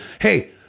Hey